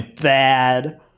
bad